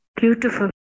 Beautiful